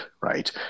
right